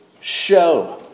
show